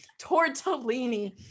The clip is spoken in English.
tortellini